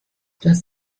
das